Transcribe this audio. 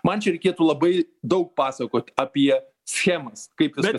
man čia reikėtų labai daug pasakot apie schemas kaip viskas